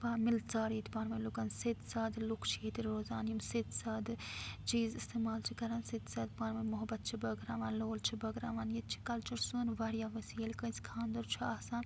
پانہٕ وٲنۍ مِلژار ییٚتہِ پانہٕ وٲنۍ لوٗکَن سیٚدۍ سادٕہ لوٗکھ چھِ ییٚتہِ روزان یِم سیٚدۍ سادٕہ چیٖز اِستعمال چھِ کَران سیٚدۍ سادٕہ پانہٕ وٲنۍ محبت چھِ بٲگراوان لول چھِ بٲگراوان ییٚتہِ چھِ کَلچَر سون واریاہ وسیٖع ییٚلہِ کٲنٛسہِ خانٛدر چھُ آسان